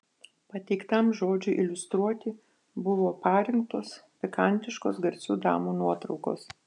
pateiktam žodžiui iliustruoti buvo parinktos pikantiškos garsių damų nuotraukos